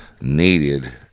needed